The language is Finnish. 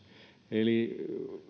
eli